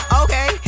okay